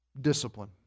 Discipline